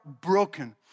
broken